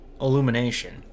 Illumination